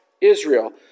Israel